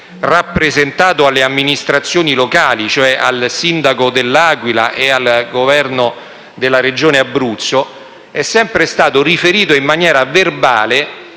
rappresentato alle amministrazioni locali, cioè al sindaco dell'Aquila e al governo della Regione Abruzzo, è sempre stato riferito in maniera verbale.